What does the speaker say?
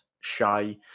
shy